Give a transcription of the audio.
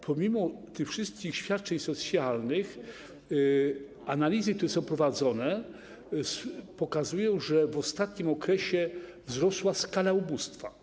Pomimo tych wszystkich świadczeń socjalnych, analizy, które są prowadzone, pokazują, że w ostatnim okresie wzrosła skala ubóstwa.